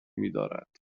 میدارد